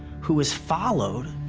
who is followed,